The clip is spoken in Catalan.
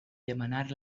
demanar